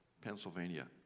Pennsylvania